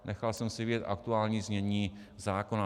Nechal jsem si vyjet aktuální znění zákona.